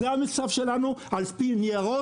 לא יהיו לוחות זמנים ותנאים כאלה?